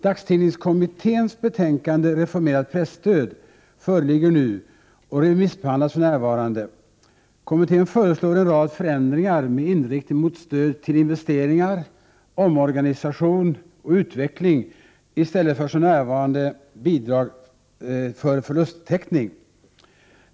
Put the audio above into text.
Dagstidningskommitténs betänkande Reformerat presstöd föreligger nu och remissbehandlas för närvarande. Kommittén föreslår en rad förändringar med inriktning mot stöd till investeringar, omorganisation och utveckling i stället för som för närvarande bidrag för förlusttäckning.